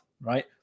right